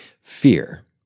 fear